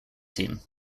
team